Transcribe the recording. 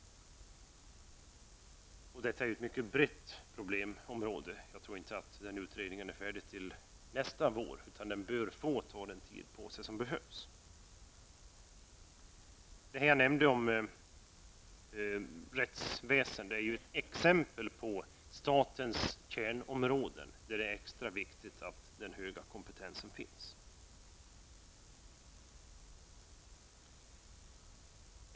Detta är ett mycket brett problemområde, och jag tror inte att utredningen kommer att bli färdig med sitt arbete till nästa vår; den bör få ta den tid på sig som behövs. Det jag sade om rättsväsendet är ett exempel på statens kärnområden, där det är extra viktigt att den höga kompetensen finns.